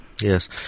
Yes